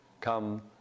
come